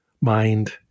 mind